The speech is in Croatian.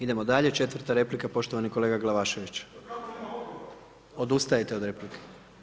Idemo dalje, 4 replika, poštovani kolega Glavašević. … [[Upadica se ne čuje.]] Odustajete od replike?